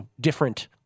different